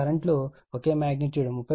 current లు ఒకే magnitude 33